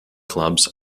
clubs